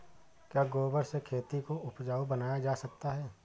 क्या गोबर से खेती को उपजाउ बनाया जा सकता है?